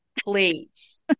please